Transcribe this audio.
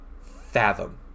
fathom